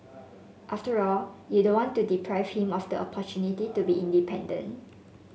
after all you don't want to deprive him of the opportunity to be independent